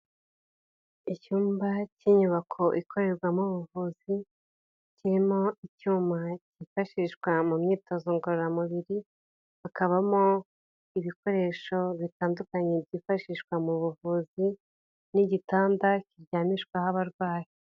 Icyumba cy'inyubako ikorerwamo ubuvuzi, kirimo icyuma cyifashishwa mu myitozo ngororamubiri, hakabamo ibikoresho bitandukanye byifashishwa mu buvuzi n'igitanda kiryamishwaho abarwayi.